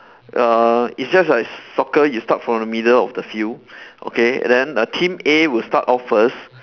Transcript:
uh it's just like soccer you start from the middle of the field okay then team A will start off first